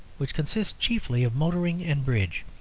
which consists chiefly of motoring and bridge.